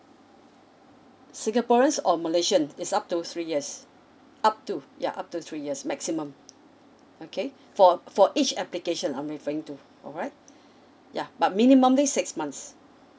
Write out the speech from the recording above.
singaporeans or malaysian is up to three years up to yeah up to three years maximum okay for for each application I'm referring to alright yeah but minimally six months